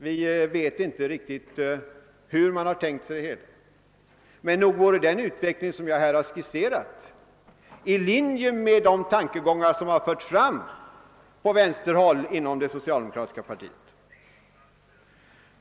Vi vet inte riktigt hur man har tänkt sig det hela, men nog vore den utveckling som jag här skisserat i linje med de tankegångar som har förts fram på vänsterhåll inom det socialdemokratiska partiet.